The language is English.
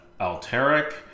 Alteric